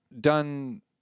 done